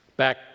Back